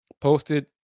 Posted